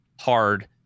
hard